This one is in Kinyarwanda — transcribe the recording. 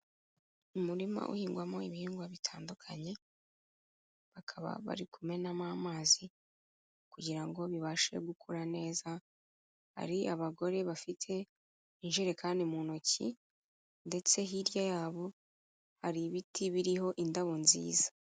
Umurima uhingwamo ibihingwa bitandukanye, bakaba bari kumenamo amazi kugira ngo bibashe gukura neza, hari abagore bafite injerekani mu ntoki ndetse hirya yabo hari ibiti biriho indabo nziza.